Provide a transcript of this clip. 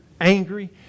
angry